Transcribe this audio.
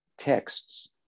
texts